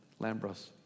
Lambros